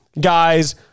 guys